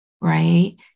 right